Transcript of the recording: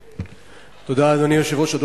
תודה, אדוני היושב-ראש.